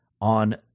on